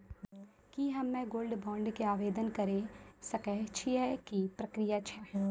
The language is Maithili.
की हम्मय गोल्ड बॉन्ड के आवदेन करे सकय छियै, की प्रक्रिया छै?